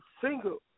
single